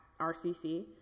RCC